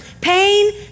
pain